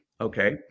Okay